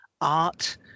art